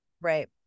Right